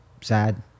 sad